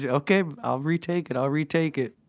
yeah okay, i'll retake it, i'll retake it.